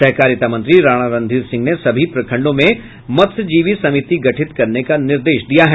सहकारिता मंत्री राणा रणधीर सिंह ने सभी प्रखंडों में मत्स्यजीवी समिति गठित करने का निर्देश दिया है